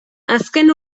azken